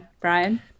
Brian